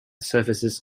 services